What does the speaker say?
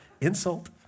Insult